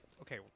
okay